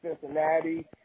Cincinnati